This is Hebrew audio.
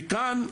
וכאן,